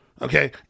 Okay